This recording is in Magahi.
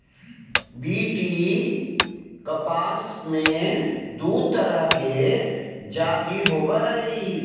बी.टी कपास मे दू तरह के जाति होबो हइ